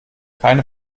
keine